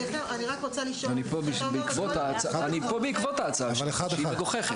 אני רק רוצה לשאול --- אני פה בעקבות ההצעה שלך שהיא מגוחכת.